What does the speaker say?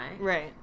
Right